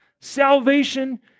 salvation